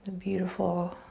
beautiful,